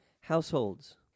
households